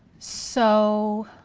so,